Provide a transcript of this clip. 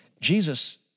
Jesus